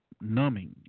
numbing